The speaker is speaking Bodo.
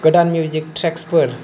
Godan music tracks for